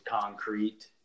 concrete